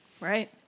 Right